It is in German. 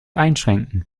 einschränken